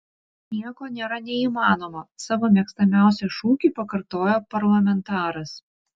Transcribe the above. nieko nėra neįmanomo savo mėgstamiausią šūkį pakartojo parlamentaras